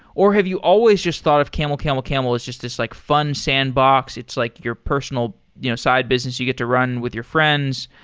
or have you always just thought of camelcamelcamel as just this like fun sandbox. it's like your personal you know side business you get to run with your friends.